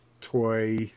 toy